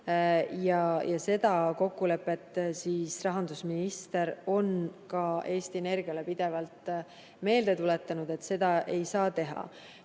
Seda kokkulepet on rahandusminister ka Eesti Energiale pidevalt meelde tuletanud, et seda ei saa teha.